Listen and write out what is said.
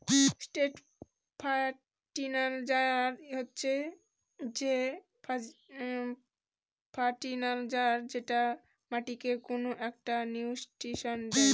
straight fertiliser হচ্ছে যে fertiliser যেটা মাটিকে কোনো একটা নিউট্রিশন দেয়